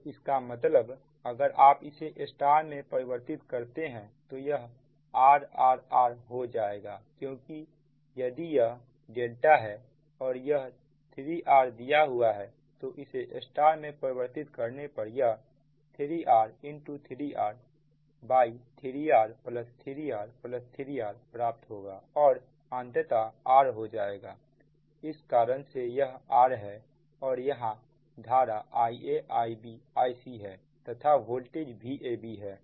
तो इसका मतलब अगर आप इसे स्टार में परिवर्तित करते हैं तो यह RRR हो जाएंगे क्योंकि यदि यह डेल्टा है और यहां 3R दिया हुआ है तो इसे स्टार में परिवर्तित करने पर यह 3R3R3R3R3Rप्राप्त होगा और अंततः R हो जाएगा इस कारण से यह R है और यहां धारा IaIbIcहै तथा वोल्टेज Vabहै